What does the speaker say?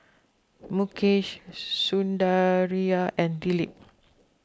Mukesh Sundaraiah and Dilip